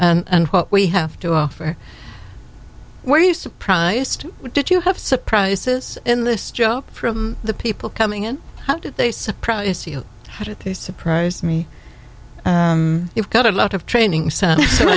are and what we have to offer were you surprised did you have surprises in this job from the people coming in how did they surprise surprise me you've got a lot of training center